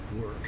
work